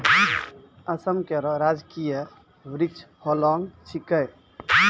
असम केरो राजकीय वृक्ष होलांग छिकै